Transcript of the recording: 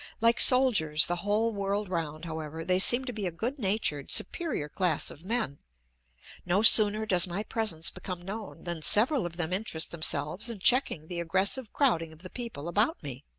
like soldiers the whole world round, however, they seem to be a good-natured, superior class of men no sooner does my presence become known than several of them interest themselves in checking the aggressive crowding of the people about me.